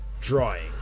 drawing